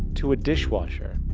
to a dishwasher,